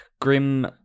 grim